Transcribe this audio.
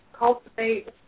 cultivate